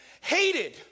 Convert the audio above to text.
hated